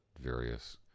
various